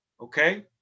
Okay